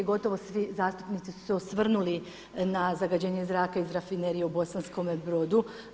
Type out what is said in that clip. Gotovo svi zastupnici su se osvrnuli na zagađenje zraka iz Rafinerije u Bosanskome Brodu.